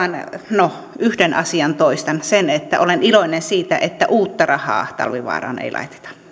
no yhden asian toistan sen että olen iloinen siitä että uutta rahaa talvivaaraan ei laiteta